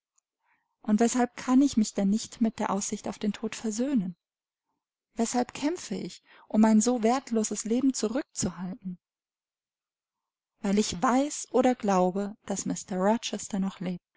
und weshalb kann ich mich denn nicht mit der aussicht auf den tod versöhnen weshalb kämpfe ich um ein so wertloses leben zurückzuhalten weil ich weiß oder glaube daß mr rochester noch